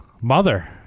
mother